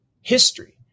history